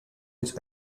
its